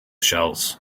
shells